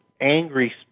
angry